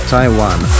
Taiwan